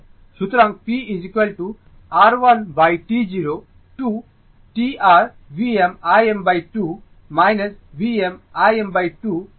সুতরাং p r 1T 0 to T r Vm Im2 Vm Im2 cos 2 ω t dt